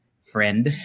friend